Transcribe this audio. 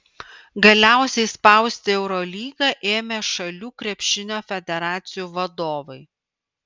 galiausiai spausti eurolygą ėmė šalių krepšinio federacijų vadovai